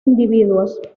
individuos